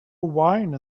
wine